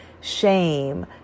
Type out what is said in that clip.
shame